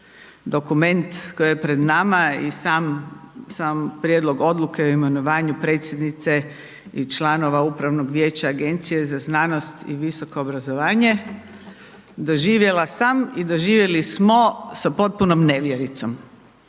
dokument koji je pred nama i sam prijedlog odluke o imenovanju predsjednice i članova upravnog vijeća agencije za znanost i visoko obrazovanje doživjela sam i doživjeli smo sa potpunom nevjericom.